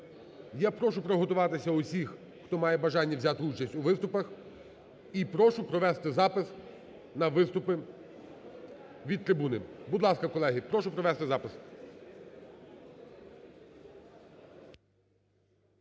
Я прошу приготуватися усіх, хто має бажання взяти участь у виступах, і прошу провести запис на виступи від трибуни. Будь ласка, колеги, прошу провести запис.